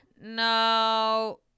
No